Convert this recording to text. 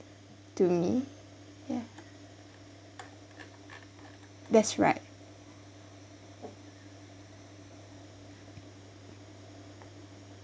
to me yeah that's right